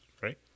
Right